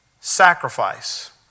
sacrifice